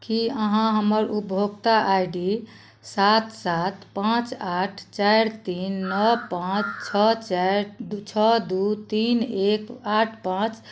की अहाँ हमर उपभोक्ता आइ डी सात सात पाँच आठ चारि तीन नओ पाँच छओ चारि छओ दू तीन एक आठ पाँच